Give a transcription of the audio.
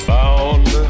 Bound